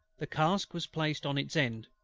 the cask was placed on its end,